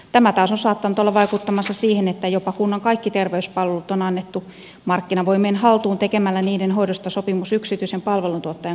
tämä taas on saattanut olla vaikuttamassa siihen että jopa kunnan kaikki terveyspalvelut on annettu markkinavoimien haltuun tekemällä niiden hoidosta sopimus yksityisen palveluntuottajan kanssa